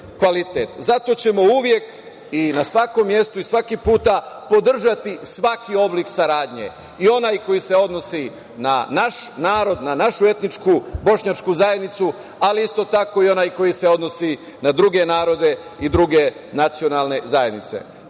ćemo uvek i na svakom mestu i svaki put podržati svaki oblik saradnje. I onaj koji se odnosi na naš narod, na našu etičku, Bošnjačku zajednicu, ali isto tako i onaj koji se odnosi na druge narode i druge nacionalne zajednice. Po